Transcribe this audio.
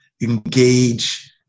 engage